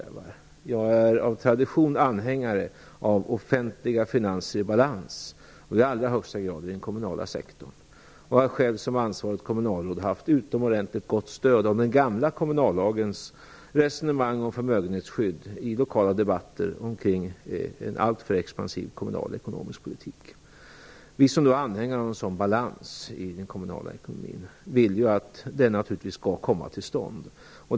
Jag är av tradition anhängare av offentliga finanser i balans, och i allra högsta grad i den kommunala sektorn. Jag har själv som ansvarigt kommunalråd haft utomordentligt gott stöd av den gamla kommunallagens resonemang om förmögenhetsskydd i lokala debatter omkring en alltför expansiv kommunal ekonomisk politik. Vi som är anhängare av en sådan balans i den kommunala ekonomin vill naturligtvis att den skall komma till stånd.